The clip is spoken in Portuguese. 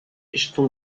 estão